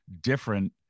different